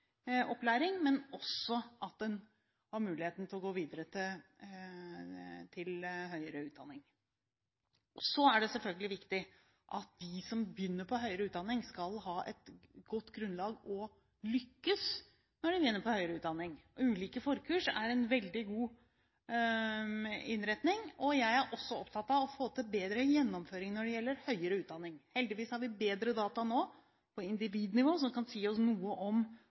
opplæring, men også å ha muligheten til å gå videre til høyere utdanning. Så er det selvfølgelig viktig at de som begynner på høyere utdanning, skal ha et godt grunnlag og lykkes når de begynner på høyere utdanning. Ulike forkurs er en veldig god innretning. Jeg er også opptatt av å få til bedre gjennomføring i høyere utdanning. Heldigvis har vi bedre data nå på individnivå som kan si oss noe om